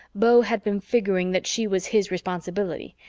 beau had been figuring that she was his responsibility,